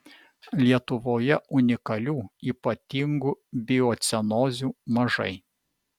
lietuvoje unikalių ypatingų biocenozių mažai